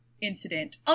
incident